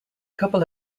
couple